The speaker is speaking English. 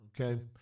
Okay